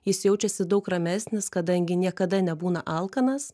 jis jaučiasi daug ramesnis kadangi niekada nebūna alkanas